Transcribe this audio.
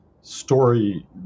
story